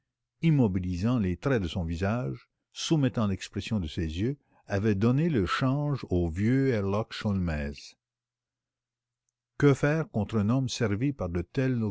immobilisant les traits de son visage soumettant l'expression de ses yeux avait donné le change au vieux herlock sholmès que faire contre un homme servi par de tels